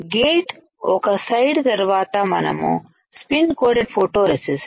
gate ఒక side తర్వాత మనము స్పిన్ కోటెడ్డ్ ఫోటో రెసిస్ట్